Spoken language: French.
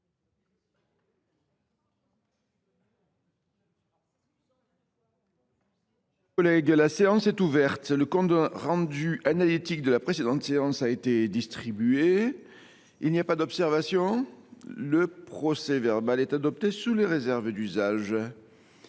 La séance est ouverte. Le compte rendu analytique de la précédente séance a été distribué. Il n’y a pas d’observation ?… Le procès verbal est adopté sous les réserves d’usage.